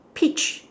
peach